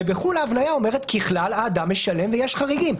ובחו"ל ההבניה אומרת שככלל האדם משלם ויש חריגים.